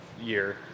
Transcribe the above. year